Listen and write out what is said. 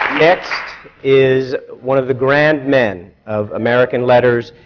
next is one of the grand men of american letters,